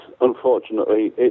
unfortunately